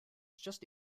just